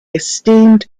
esteemed